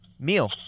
Meal